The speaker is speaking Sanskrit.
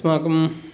अस्माकं